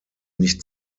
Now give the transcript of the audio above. nicht